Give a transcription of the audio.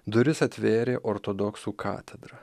duris atvėrė ortodoksų katedra